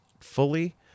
fully